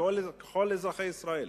ככל אזרחי ישראל,